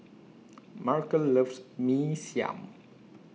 Markel loves Mee Siam